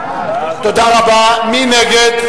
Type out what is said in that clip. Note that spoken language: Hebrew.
מי נגד?